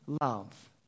love